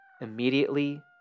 Immediately